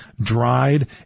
dried